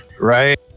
Right